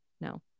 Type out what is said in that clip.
No